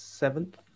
Seventh